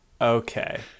Okay